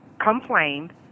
complained